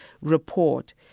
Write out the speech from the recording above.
report